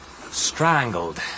Strangled